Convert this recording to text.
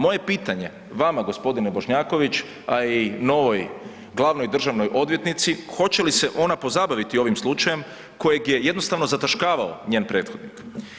Moje pitanje vama gospodine Bošnjaković, a i novoj glavnoj državnoj odvjetnici, hoće li se ona pozabaviti ovim slučajem kojeg je jednostavno zataškavao njen prethodnik.